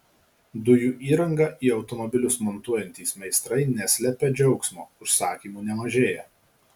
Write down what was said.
dujų įrangą į automobilius montuojantys meistrai neslepia džiaugsmo užsakymų nemažėja